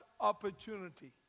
opportunity